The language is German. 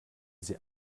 sie